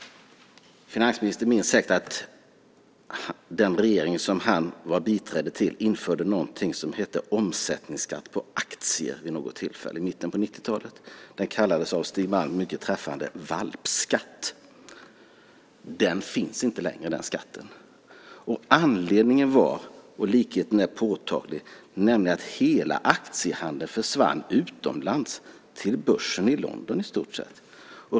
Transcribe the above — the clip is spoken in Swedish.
Finansministern minns säkert att den regering han var biträde till införde något som heter omsättningsskatt på aktier vid något tillfälle i mitten på 90-talet. Den kallades av Stig Malm mycket träffande "valpskatt". Den skatten finns inte längre. Anledningen var - och likheten är påtaglig - att i stort sett hela aktiehandeln försvann utomlands till börsen i London.